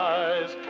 eyes